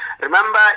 Remember